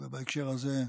בהקשר הזה,